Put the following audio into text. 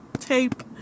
tape